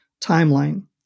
timeline